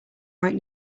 right